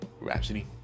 Rhapsody